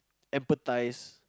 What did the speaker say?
emphasize